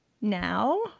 now